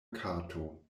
kato